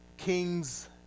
king's